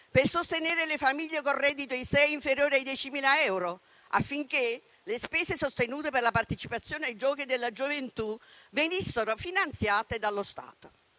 per sostenere le famiglie con reddito ISEE inferiore ai 10.000 euro, affinché le spese sostenute per la partecipazione ai Giochi della gioventù venissero finanziate dallo Stato.